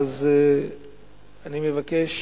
אני מבקש